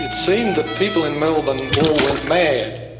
it seemed that people in melbourne all went mad.